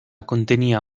contenía